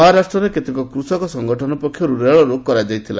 ମହାରାଷ୍ଟ୍ରରେ କେତେକ କୂଷକ ସଂଗଠନ ପକ୍ଷରୁ ରେଳରୋକ କରାଯାଇଥିଲା